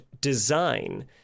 design